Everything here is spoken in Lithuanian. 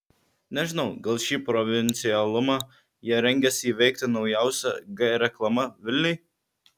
nežinau gal šį provincialumą jie rengiasi įveikti naujausia g reklama vilniui